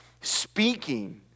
speaking